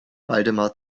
waldemar